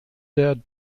der